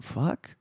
fuck